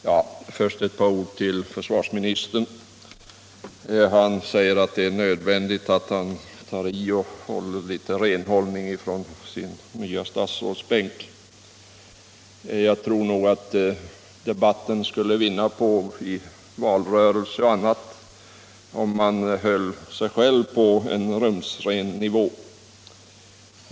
Herr talman! Först ett par ord till försvarsministern. Han säger att det är nödvändigt att han tar i för att bedriva renhållning från sin nya statsrådsbänk. Jag tror att debatten skulle vinna på att man i valrörelser och i andra sammanhang höll sig själv på en rumsren nivå.